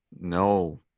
No